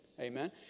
Amen